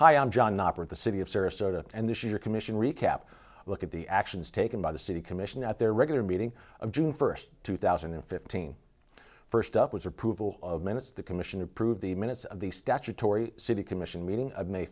hi i'm john operate the city of sarasota and this year commission recap look at the actions taken by the city commission at their regular meeting of june first two thousand and fifteen first up was approval of minutes the commission approved the minutes of the statutory city commission meeting of may